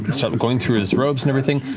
start going through his robes and everything,